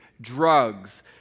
drugs